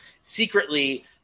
secretly